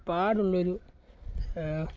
പാടുള്ളൊരു